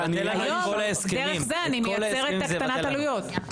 היום בדרך הזאת אני מייצרת הקטנת עלויות.